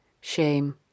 shame